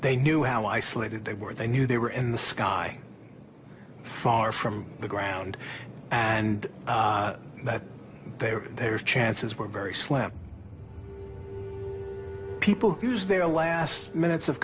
they knew how isolated they were they knew they were in the sky far from the ground and that they were there chances were very slim people use their last minutes of